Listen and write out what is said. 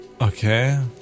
Okay